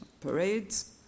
parades